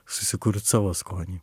susikurt savo skonį